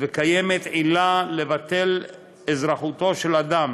וקיימת עילה לבטל אזרחותו של אדם,